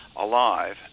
Alive